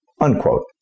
Unquote